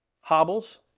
Hobbles